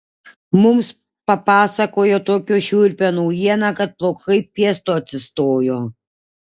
mums papasakojo tokią šiurpią naujieną kad plaukai piestu atsistojo